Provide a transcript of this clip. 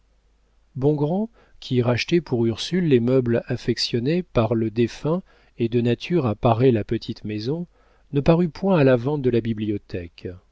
bongrand qui rachetait pour ursule les meubles affectionnés par le défunt et de nature à parer la petite maison ne parut point à la vente de la bibliothèque